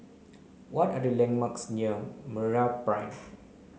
what are the landmarks near MeraPrime